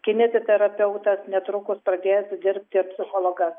kineziterapeutas netrukus pradės dirbti ir psichologas